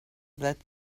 that